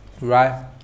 Right